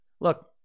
Look